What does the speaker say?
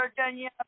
Virginia